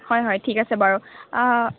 হয় হয় ঠিক আছে বাৰু